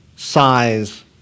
size